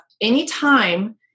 anytime